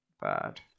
bad